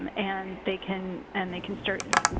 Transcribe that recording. um and they can and they can start,